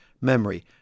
memory